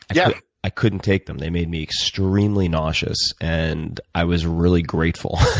and yeah i couldn't take them. they made me extremely nauseous, and i was really grateful.